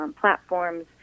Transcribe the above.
platforms